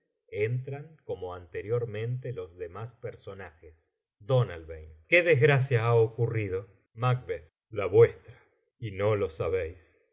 entran como anteriormente los demás personajes qué desgracia ha ocurrido la vuestra y no lo sabéis